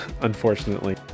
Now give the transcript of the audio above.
unfortunately